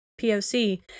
POC